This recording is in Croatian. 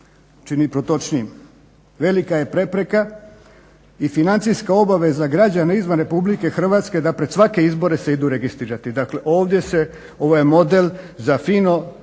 čini protočnijim, velika je prepreka i financijska obaveza građana izvan RH da pred svake izbore se idu registrirati. Dakle ovdje se ovaj model za fino